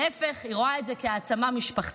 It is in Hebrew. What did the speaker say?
להפך, היא רואה את זה כהעצמה משפחתית.